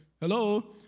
Hello